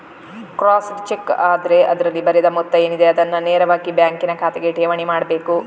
crossed cheque ಆದ್ರೆ ಅದ್ರಲ್ಲಿ ಬರೆದ ಮೊತ್ತ ಏನಿದೆ ಅದನ್ನ ನೇರವಾಗಿ ಬ್ಯಾಂಕಿನ ಖಾತೆಗೆ ಠೇವಣಿ ಮಾಡ್ಬೇಕು